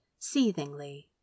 seethingly